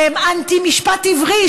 והם אנטי-משפט עברי,